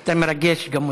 אתה מרגש גם אותנו.